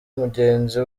mugenzi